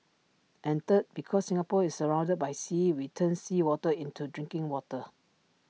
and third because Singapore is surrounded by sea we turn seawater into drinking water